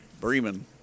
Bremen